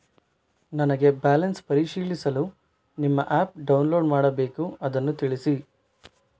ನನಗೆ ಬ್ಯಾಲೆನ್ಸ್ ಪರಿಶೀಲಿಸಲು ನಿಮ್ಮ ಆ್ಯಪ್ ಡೌನ್ಲೋಡ್ ಮಾಡಬೇಕು ಅದನ್ನು ತಿಳಿಸಿ?